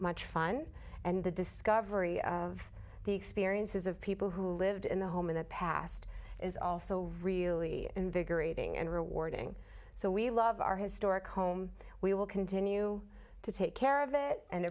much fun and the discovery of the experiences of people who lived in the home in the past is also really invigorating and rewarding so we love our historic home we will continue to take care of it and